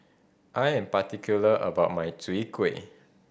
I am particular about my Chwee Kueh